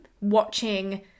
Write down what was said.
watching